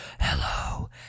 hello